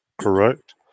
correct